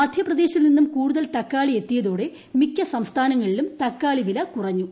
മധ്യപ്രദേശിൽ നിന്നും കൂടുതൽ തക്കാളി എത്തിയതോടെ മിക്ക സംസ്ഥാനങ്ങളിലും തക്കാളി വില കുറഞ്ഞു